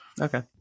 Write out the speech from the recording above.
Okay